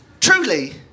Truly